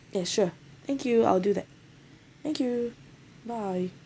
yeah sure thank you I'll do that thank you bye